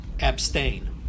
Abstain